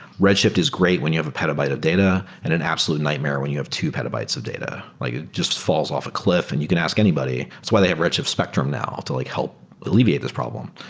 red shift is great when you have a petabyte of data and an absolute nightmare when you have two petabytes of data. like it just falls off a cliff and you can ask anybody. that's why they have red shift spectrum now to like help alleviate this problem.